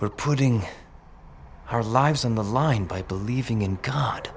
we're putting our lives on the line by believing in god